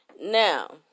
Now